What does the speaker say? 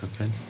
Okay